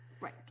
Right